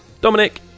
Dominic